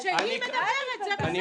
מבלבל על פשיזם, וכשהיא מדברת, זה בסדר.